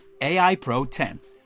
AIPRO10